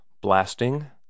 blasting